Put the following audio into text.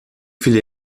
viele